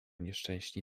nieszczęśni